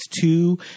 two